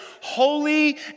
holy